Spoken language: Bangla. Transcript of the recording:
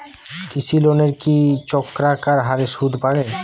কৃষি লোনের কি চক্রাকার হারে সুদ বাড়ে?